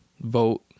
vote